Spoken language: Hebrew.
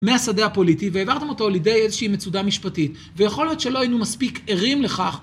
מהשדה הפוליטי והעברתם אותו לידי איזושהי מצודה משפטית. ויכול להיות שלא היינו מספיק ערים לכך